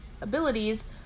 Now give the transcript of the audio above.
abilities